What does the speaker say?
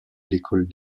l’école